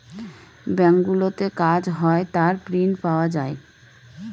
ব্যাঙ্কগুলোতে কাজ হয় তার প্রিন্ট পাওয়া যায়